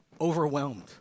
overwhelmed